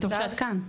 טוב שאת כאן.